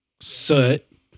soot